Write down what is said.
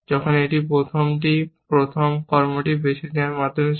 এটি প্রথমে প্রথম কর্মটি বেছে নেওয়ার মাধ্যমে শুরু হয়